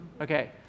Okay